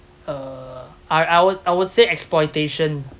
uh I I would I would say exploitation